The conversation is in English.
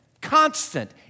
constant